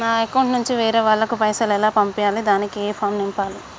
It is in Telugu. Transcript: నా అకౌంట్ నుంచి వేరే వాళ్ళకు పైసలు ఎలా పంపియ్యాలి దానికి ఏ ఫామ్ నింపాలి?